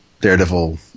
Daredevil